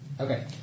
Okay